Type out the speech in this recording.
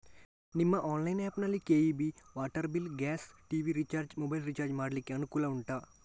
ನಿಮ್ಮ online app ನಲ್ಲಿ KEB, water bill, gas, TV recharge, mobile recharge ಮಾಡ್ಲಿಕ್ಕೆ ಅನುಕೂಲ ಉಂಟಾ